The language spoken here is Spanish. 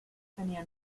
tenía